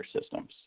systems